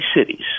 cities